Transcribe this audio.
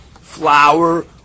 flour